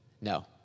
no